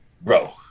bro